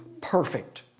perfect